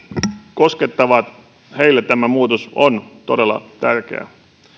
koskettavat tämä muutos on todella tärkeä